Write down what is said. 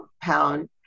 pound